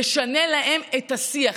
נשנה להם את השיח,